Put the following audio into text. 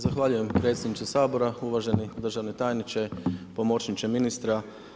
Zahvaljujem predsjedniče Sabora, uvaženi državni tajniče, pomoćniče ministra.